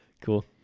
Cool